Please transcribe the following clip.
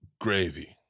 gravy